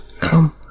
Come